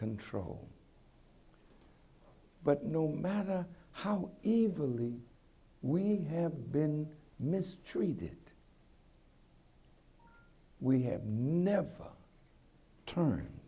control but no matter how evil lead we have been mistreated we have never turn